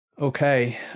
Okay